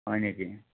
হয় নেকি